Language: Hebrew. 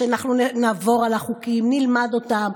כדי שנעבור על החוקים, נלמד אותם.